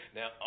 Now